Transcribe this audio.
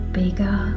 bigger